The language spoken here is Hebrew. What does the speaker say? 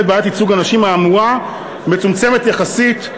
בעיית ייצוג הנשים האמורה מצומצמת יחסית,